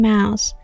Mouse